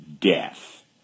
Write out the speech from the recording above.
death